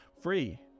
Free